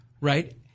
right